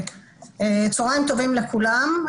צוהריים טובים לכולם.